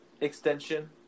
extension